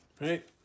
Right